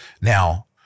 Now